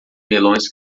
melões